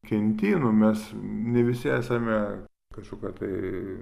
kenti nu mes ne visi esame kažkokie tai